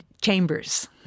chambers